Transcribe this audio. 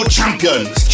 Champions